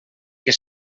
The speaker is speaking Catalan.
que